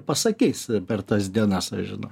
pasakys per tas dienas aš žinau